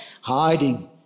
hiding